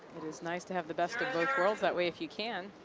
it is nice to have the best of both worlds that way if you can.